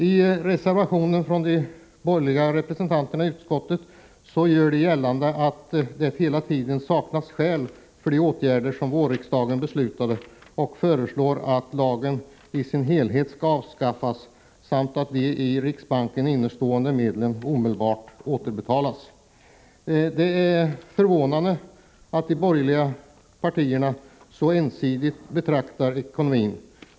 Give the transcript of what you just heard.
I reservationen från de borgerliga representanterna i utskottet görs gällande att det hela tiden saknats skäl för de åtgärder som riksdagen beslutade under våren och föreslås att lagen i sin helhet skall avskaffas samt att de i riksbanken innestående medlen omedelbart skall återbetalas. Det är förvånande att de borgerliga partierna betraktar ekonomin så ensidigt.